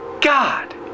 God